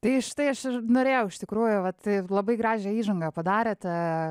tai štai aš ir norėjau iš tikrųjų vat labai gražią įžangą padarėte